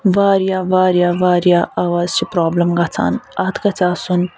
واریاہ واریاہ واریاہ آوازِ چھِ پرابلم گَژھان اتھ گَژھِ آسُن